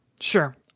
sure